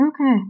Okay